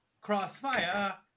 crossfire